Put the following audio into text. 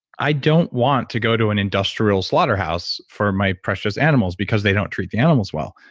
i don't want to go to an industrial slaughterhouse for my precious animals because they don't treat the animals well.